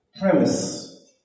Premise